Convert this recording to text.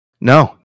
No